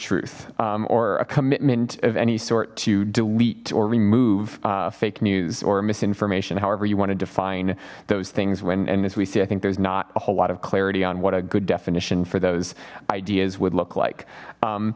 truth or a commitment of any sort to delete or remove fake news or misinformation however you want to define those things when and as we see i think there's not a whole lot of clarity on what a good definition for those ideas would look like